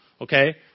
Okay